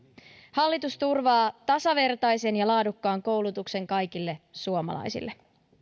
hallitus turvaa tasavertaisen ja laadukkaan koulutuksen kaikille suomalaisille